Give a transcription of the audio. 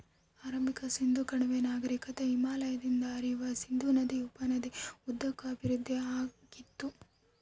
ಆರಂಭಿಕ ಸಿಂಧೂ ಕಣಿವೆ ನಾಗರಿಕತೆ ಹಿಮಾಲಯದಿಂದ ಹರಿಯುವ ಸಿಂಧೂ ನದಿ ಉಪನದಿ ಉದ್ದಕ್ಕೂ ಅಭಿವೃದ್ಧಿಆಗಿತ್ತು